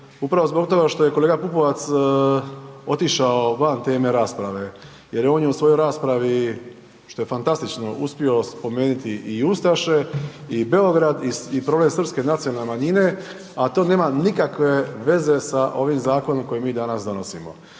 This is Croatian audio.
upravo zbog toga što je kolega Pupovac otišao van teme rasprave jer on je u svojoj raspravi, što je fantastično, uspio spomenuti i ustaše i Beograd i problem srpske nacionalne manjine, a to nema nikakve veze sa ovim zakonom koji mi danas donosimo.